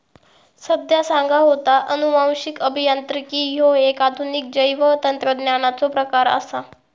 संध्या सांगा होता, अनुवांशिक अभियांत्रिकी ह्यो एक आधुनिक जैवतंत्रज्ञानाचो प्रकार आसा